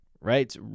right